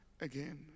again